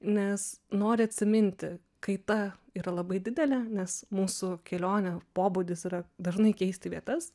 nes nori atsiminti kaita yra labai didelė nes mūsų kelionių pobūdis yra dažnai keisti vietas